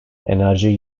enerji